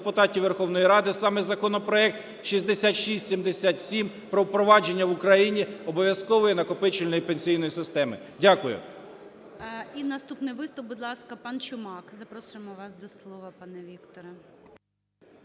депутатів Верховної Ради саме законопроект 6677 про впровадження в Україні обов'язкової накопичувальної пенсійної системи. Дякую. ГОЛОВУЮЧИЙ. І наступний виступ, будь ласка, пан Чумак. Запрошуємо вас до слова, пане Вікторе.